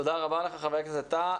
תודה רבה לך, חבר הכנסת טאהא.